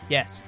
Yes